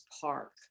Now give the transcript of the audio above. Park